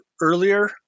earlier